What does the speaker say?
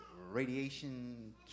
radiation